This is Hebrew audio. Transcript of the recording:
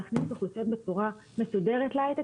להכניס אוכלוסיות בצורה מסודרת להייטק,